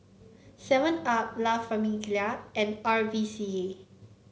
Seven Up La Famiglia and R V C A